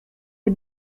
des